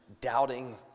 doubting